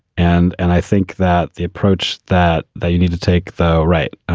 and and i think that the approach that they need to take, though. right.